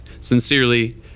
Sincerely